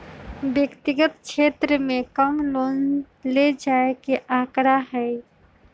व्यक्तिगत क्षेत्र में कम लोन ले जाये के आंकडा हई